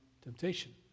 temptation